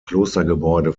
klostergebäude